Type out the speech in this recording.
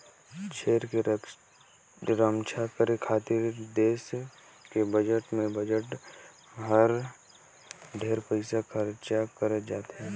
छेस के रम्छा करे खातिर देस के बजट में बजट बर ढेरे पइसा खरचा करत जाथे